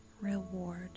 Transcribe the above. reward